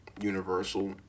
universal